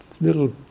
little